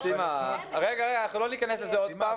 סימה, רגע, רגע, אנחנו לא ניכנס לזה עוד פעם.